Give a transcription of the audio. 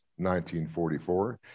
1944